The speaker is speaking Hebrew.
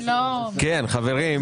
כן, חברים.